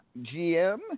GM